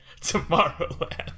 Tomorrowland